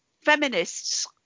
feminists